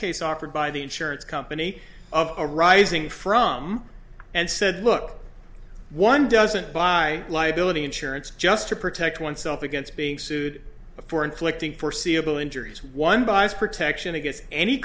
case offered by the insurance company of arising from and said look one doesn't buy liability insurance just to protect oneself against being sued for inflicting foreseeable injuries one buys protection against any